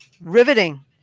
riveting